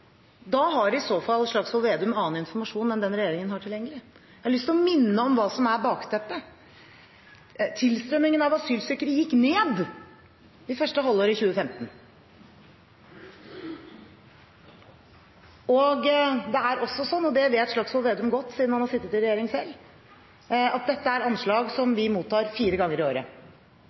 Da har i så fall Slagsvold Vedum annen informasjon enn den regjeringen har tilgjengelig. Jeg har lyst til å minne om hva som er bakteppet: Tilstrømmingen av asylsøkere gikk ned i første halvår 2015. Det er også sånn – og det vet Slagsvold Vedum godt siden han har sittet i regjering selv – at dette er anslag som vi mottar fire ganger i året.